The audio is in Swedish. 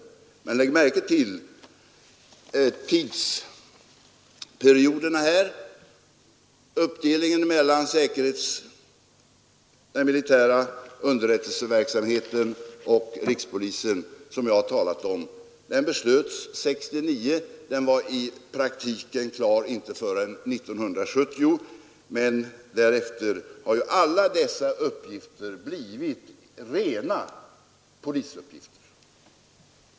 Lägg dock märke till tidsperioderna när det gäller den uppdelning mellan den militära underrättelseverksamheten och rikspolisstyrelsen som jag talat om. Denna uppdelning beslöts 1969 men var i praktiken inte klar förrän 1970. Därefter har emellertid alla dessa uppgifter blivit rena polisuppgifter.